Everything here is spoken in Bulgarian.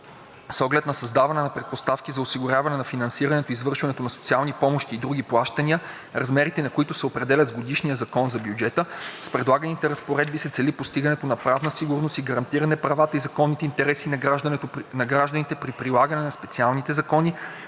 С оглед на създаване на предпоставки за осигуряване на финансирането и извършването на социални помощи и други плащания, размерите на които се определят с годишния закон за бюджета, с предлаганите разпоредби се цели постигането на правна сигурност и гарантиране правата и законните интереси на гражданите при прилагане на специалните закони,